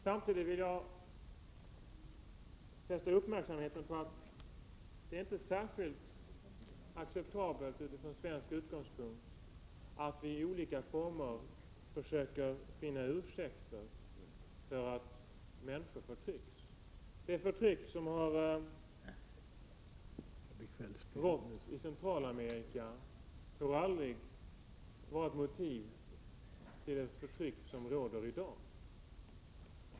Samtidigt vill jag fästa uppmärksamheten på att det inte är riktigt acceptabelt utifrån svensk utgångspunkt att vi i olika former försöker finna ursäkter för att människor förtrycks. Det förtryck som har rått i Centralamerika får aldrig vara ett motiv för att förtryck skall råda i dag.